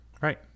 Right